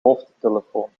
hoofdtelefoon